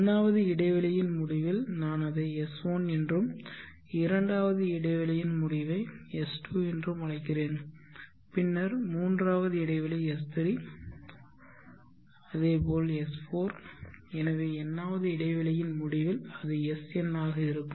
1 வது இடைவெளியின் முடிவில் நான் அதை S1 என்றும் 2 வது இடைவெளியின் முடிவை S2 என்றும் அழைக்கிறேன் பின்னர் 3 வது இடைவெளி S3 S4 எனவே n வது இடைவெளியின் முடிவில் அது Sn ஆக இருக்கும்